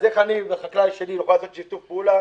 אז איך אני והחקלאי השני נוכל לעשות שיתוף פעולה